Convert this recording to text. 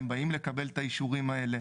הם באים לקבל את האישורים האלה,